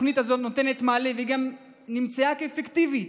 התוכנית הזאת נותנת מענה וגם נמצאה כאפקטיבית.